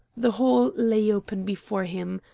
the hall lay open before him.